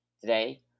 Today